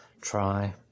try